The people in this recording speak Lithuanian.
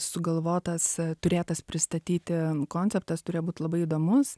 sugalvotas turėtas pristatyti konceptas turėjo būt labai įdomus